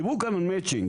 דיברו כאן על מצ'ינג.